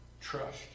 trust